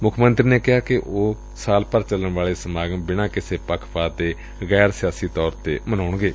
ਮੁੱਖ ਮੰਤਰੀ ਨੇ ਕਿਹਾ ਕਿ ਉਹ ਸਾਲ ਭਰ ਚੱਲਣ ਵਾਲੇ ਸਮਾਗਮ ਬਿਨਾਂ ਕਿਸੇ ਪੱਖਪਾਤ ਦੇ ਗੈਰ ਸਿਆਸੀ ਤੌਰ ਤੇ ਮਨਾਏਗੀ